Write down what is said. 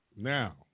Now